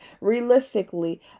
realistically